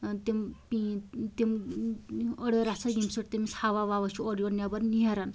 ٲں تِم پیٖتۍ تِم أر أر رَژھہ ییٚمہِ سۭتۍ تٔمِس ہوا ووا چھُ اورٕ یور نیٚبر نیران